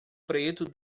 preto